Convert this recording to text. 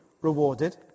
rewarded